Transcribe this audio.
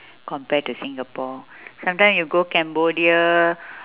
compared to singapore sometimes you go cambodia